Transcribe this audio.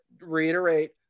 reiterate